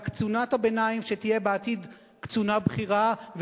לקצונת הביניים שתהיה בעתיד קצונה בכירה,